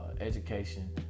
education